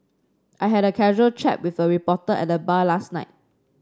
I had a casual chat with a reporter at the bar last night